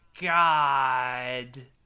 God